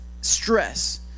stress